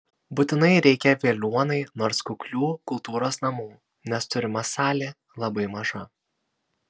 būtinai reikia veliuonai nors kuklių kultūros namų nes turima salė labai maža